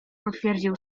potwierdził